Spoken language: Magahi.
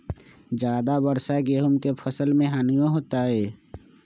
ज्यादा वर्षा गेंहू के फसल मे हानियों होतेई?